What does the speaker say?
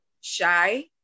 shy